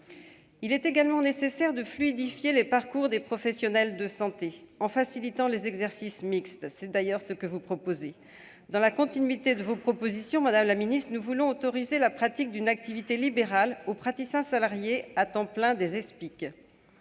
Il est également nécessaire de fluidifier les parcours des professionnels de santé, en facilitant les exercices mixtes- c'est d'ailleurs ce que vous proposez, madame la ministre. Dans la continuité de vos propositions, nous voulons autoriser la pratique d'une activité libérale aux praticiens salariés à temps plein des Espic,